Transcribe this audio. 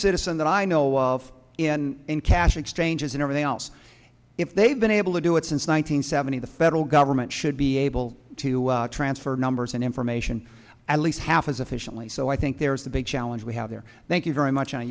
citizen that i know of in in cash exchanges and everything else if they've been able to do it since one thousand nine hundred twenty the federal government should be able to transfer numbers and information at least half as efficiently so i think there is the big challenge we have there thank you very much on